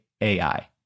AI